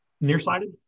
Nearsighted